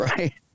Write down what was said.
Right